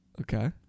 Okay